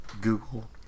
Google